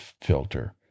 filter